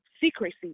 secrecy